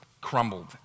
crumbled